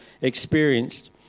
experienced